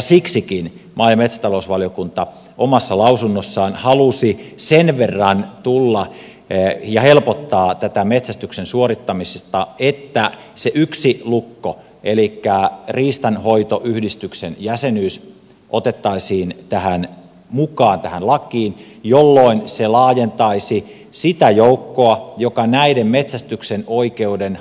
siksikin maa ja metsätalousvaliokunta omassa lausunnossaan halusi sen verran tulla ja helpottaa tätä metsästyksen suorittamista että se yksi lukko elikkä riistanhoitoyhdistyksen jäsenyys otettaisiin mukaan tähän lakiin jolloin se laajentaisi sitä joukkoa joka näiden metsästyksen oikeuden